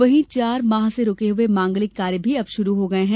वहीं चार माह से रुके हुए मांगलिक कार्य भी अब शुरु हो गये हैं